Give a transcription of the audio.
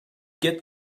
get